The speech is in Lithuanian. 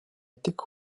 tik